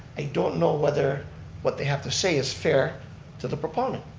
i don't know whether what they have to say is fair to the proponent.